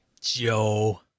Joe